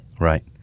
Right